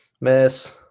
miss